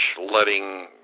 letting –